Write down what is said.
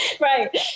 Right